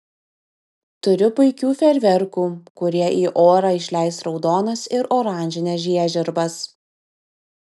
turiu puikių fejerverkų kurie į orą išleis raudonas ir oranžines žiežirbas